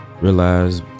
Realize